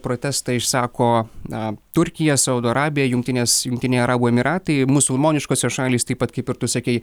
protestą išsako na turkija saudo arabija jungtinės jungtiniai arabų emyratai musulmoniškosios šalys taip pat kaip ir tu sakei